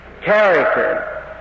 character